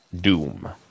doom